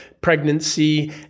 pregnancy